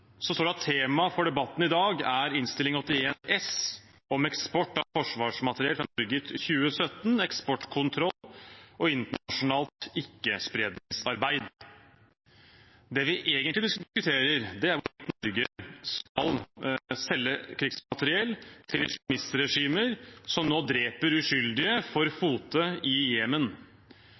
står det at temaet for debatten i dag er Innst. 81 S om eksport av forsvarsmateriell fra Norge i 2017, eksportkontroll og internasjonalt ikke-spredningssamarbeid. Det vi egentlig diskuterer, er hvorvidt Norge skal selge krigsmateriell til islamistregimer som nå dreper uskyldige for fote i Jemen.